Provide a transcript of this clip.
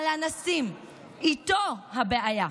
על אנסים, איתו הבעיה.